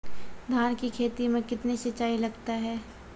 धान की खेती मे कितने सिंचाई लगता है?